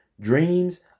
Dreams